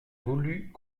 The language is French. voulut